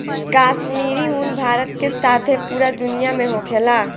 काश्मीरी उन भारत के साथे पूरा दुनिया में होखेला